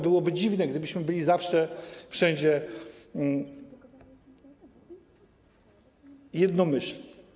Byłoby dziwnie, gdybyśmy byli zawsze i wszędzie jednomyślni.